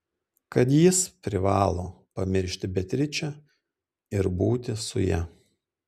kad jis privalo pamiršti beatričę ir būti su ja